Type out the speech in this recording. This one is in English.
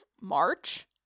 March